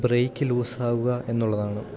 break loose ആകുക എന്നുള്ളതാണ്